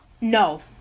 No